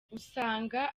usanga